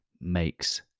makes